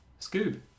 Scoob